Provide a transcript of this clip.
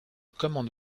commande